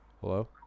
Hello